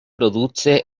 produce